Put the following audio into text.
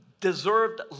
deserved